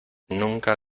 nunca